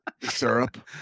Syrup